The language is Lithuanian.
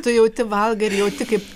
tu jauti valgai ir jauti kaip